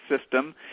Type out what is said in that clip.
system